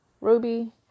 Ruby